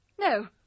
No